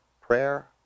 prayer